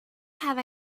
have